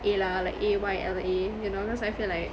ayla like A Y L A you know because I feel like